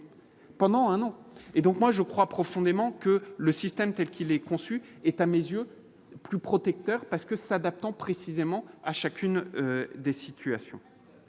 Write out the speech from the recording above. Pendant un an, et donc moi je crois profondément que le système telle qu'il est conçu, est à mes yeux plus protecteur parce que s'adaptant précisément à chacune des situations,